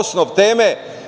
osnov teme,